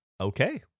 Okay